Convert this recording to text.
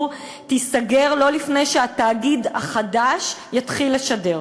תיסגר לא לפני שהתאגיד החדש יתחיל לשדר.